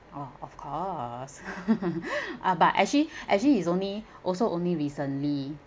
oh of course ah but actually actually is only also only recently